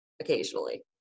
occasionally